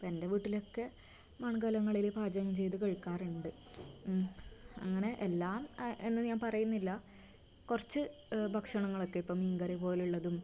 ഇപ്പം എൻ്റെ വീട്ടലൊക്കെ മൺകലങ്ങളില് പാചകം ചെയ്ത് കഴിക്കാറുണ്ട് അങ്ങനെ എല്ലാം എന്ന് ഞാൻ പറയുന്നില്ല കുറച്ച് ഭക്ഷണങ്ങളൊക്കെ ഇപ്പം മീൻക്കറി പോലുള്ളതും